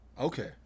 Okay